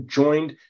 joined